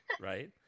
right